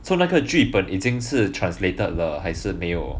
so 那个剧本已经是 translate 了还是没有